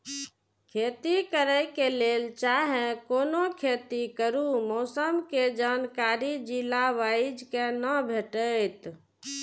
खेती करे के लेल चाहै कोनो खेती करू मौसम के जानकारी जिला वाईज के ना भेटेत?